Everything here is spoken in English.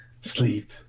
sleep